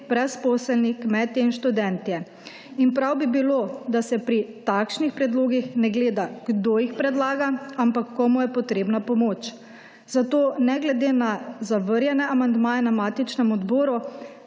brezposelni, kmetje in študentje. In prav bi bilo, da se pri takšnih predlogih ne gleda, kdo jih predlaga, ampak komu je potrebna pomoč. Zato ne glede na zavrnjene amandmaje na matičnem odboru